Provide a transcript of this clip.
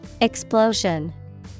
Explosion